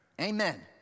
Amen